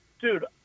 dude